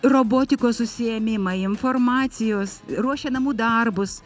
robotikos užsiėmimai informacijos ruošia namų darbus